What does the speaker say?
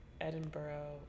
Edinburgh